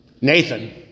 Nathan